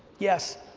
yes,